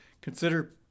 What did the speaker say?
consider